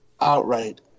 Outright